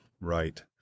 Right